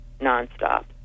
non-stop